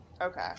Okay